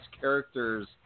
characters